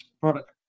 product